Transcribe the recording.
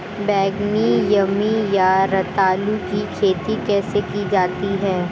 बैगनी यामी या रतालू की खेती कैसे की जाती है?